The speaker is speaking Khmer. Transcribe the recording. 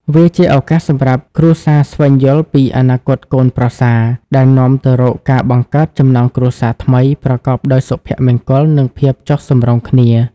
វាជាឱកាសសម្រាប់គ្រួសារស្វែងយល់ពីអនាគតកូនប្រសា ដែលនាំទៅរកការបង្កើតចំណងគ្រួសារថ្មីប្រកបដោយសុភមង្គល និងភាពចុះសម្រុងគ្នា។